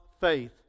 faith